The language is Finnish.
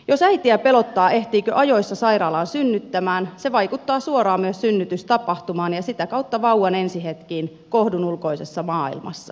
jos äitiä pelottaa ehtiikö ajoissa sairaalaan synnyttämään se vaikuttaa suoraan myös synnytystapahtumaan ja sitä kautta vauvan ensi hetkiin kohdunulkoisessa maailmassa